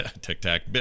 Tic-Tac